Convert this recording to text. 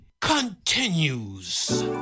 continues